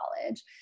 college